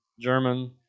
German